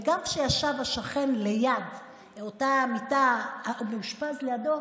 וגם כשישב השכן במיטה ליד,